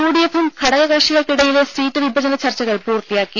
യുഡിഎഫും ഘടകകക്ഷികൾക്കിടയിലെ സീറ്റ് വിഭജന ചർച്ചകൾ പൂർത്തിയാക്കി